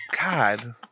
God